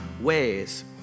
ways